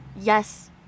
yes